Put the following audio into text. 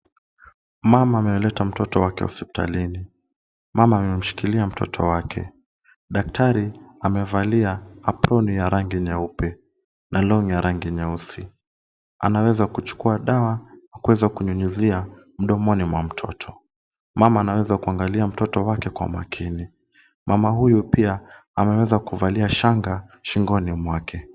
Mama amemleta mtoto wake hospitalini. Mama amemshikilia mtoto wake. Daktari amevalia aproni ya rangi nyeupe na long'i ya rangi nyeusi. Anaweza kuchukua dawa na kuweza kunyunyuzia mdomoni mwa mtoto. Mama anaweza kuangalia mtoto wake kwa makini. Mama huyu pia ameweza kuvalia shanga shingoni mwake.